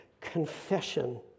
confession